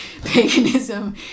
paganism